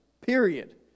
period